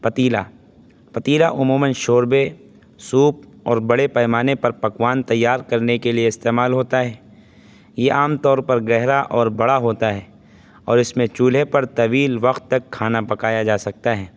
پتیلا پتیلا عموماً شوربے سوپ اور بڑے پیمانے پر پکوان تیار کرنے کے لیے استعمال ہوتا ہے یہ عام طور پر گہرا اور بڑا ہوتا ہے اور اس میں چولہے پر طویل وقت تک کھانا پکایا جا سکتا ہے